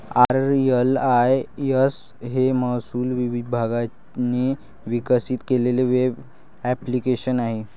RLIS हे महसूल विभागाने विकसित केलेले वेब ॲप्लिकेशन आहे